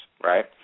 right